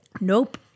Nope